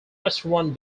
restaurant